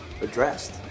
addressed